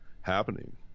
happening